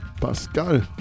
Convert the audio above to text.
Pascal